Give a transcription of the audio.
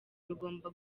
bigomba